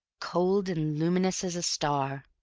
cold and luminous as a star,